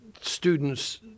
students